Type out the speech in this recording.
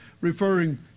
referring